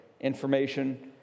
information